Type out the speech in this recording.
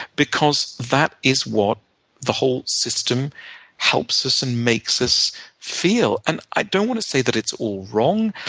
because that is what the whole system helps us and makes us feel. and i don't want to say that it's all wrong,